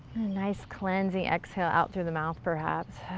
nice cleansing exhale out through the mouth, perhaps.